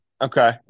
Okay